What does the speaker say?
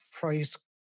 price